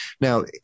now